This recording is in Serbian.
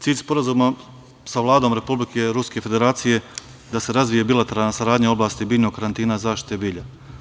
Cilj Sporazuma sa Vladom Republike Ruske Federacije je da se razvije bilateralna saradnja u oblasti biljnog karantina zaštite bilja.